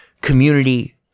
community